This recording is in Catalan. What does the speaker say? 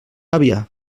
àvia